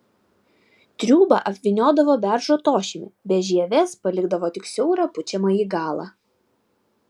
triūbą apvyniodavo beržo tošimi be žievės palikdavo tik siaurą pučiamąjį galą